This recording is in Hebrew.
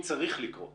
צריך לקרות